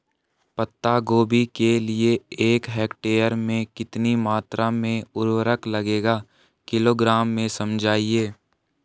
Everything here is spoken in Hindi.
पत्ता गोभी के लिए एक हेक्टेयर में कितनी मात्रा में उर्वरक लगेगा किलोग्राम में समझाइए?